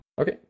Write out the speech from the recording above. Okay